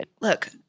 look